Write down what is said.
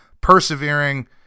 persevering